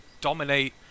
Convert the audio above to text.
dominate